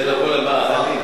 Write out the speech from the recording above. כדי לבוא למאהלים.